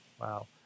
wow